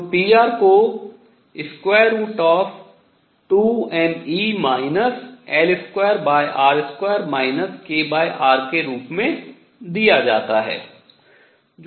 तो pr को √ के रूप में दिया जाता है